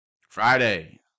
Friday